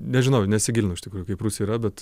nežinau nesigilinu iš tikrųjų kaip rusijoj yra bet